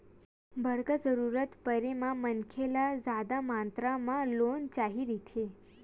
बड़का जरूरत परे म मनखे ल जादा मातरा म लोन चाही रहिथे